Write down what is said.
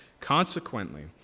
Consequently